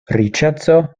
riĉeco